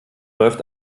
läuft